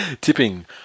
Tipping